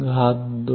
085